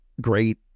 great